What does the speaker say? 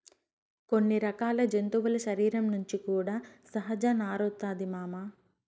కొన్ని రకాల జంతువుల శరీరం నుంచి కూడా సహజ నారొస్తాది మామ